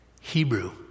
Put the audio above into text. Hebrew